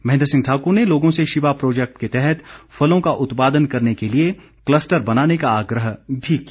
महेंद्र सिंह ठाकुर ने लोगों से शिवा प्रोजेक्ट के तहत फलों का उत्पादन करने के लिए क्लस्टर बनाने का आग्रह भी किया